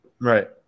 Right